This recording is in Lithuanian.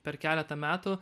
per keletą metų